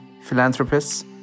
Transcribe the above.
philanthropists